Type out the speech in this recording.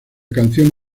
canción